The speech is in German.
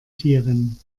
tieren